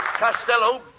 Costello